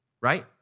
right